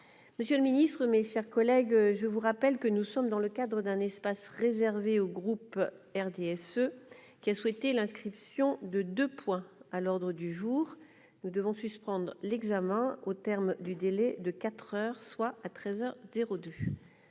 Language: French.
monsieur le ministre, mes chers collègues, je vous rappelle que nous sommes dans le cadre d'un espace réservé au groupe RDSE, qui a souhaité l'inscription de 2 points à l'ordre du jour, nous devons suspendre l'examen au terme du délai de 4 heures soit à 13